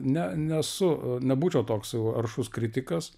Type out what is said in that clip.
ne nesu nebūčiau toks jau aršus kritikas